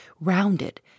rounded